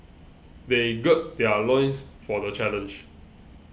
they gird their loins for the challenge